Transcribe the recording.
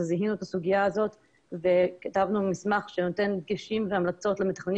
זיהינו את הסוגיה הזאת וכתבנו מסמך שנותן דגשים והמלצות למתכננים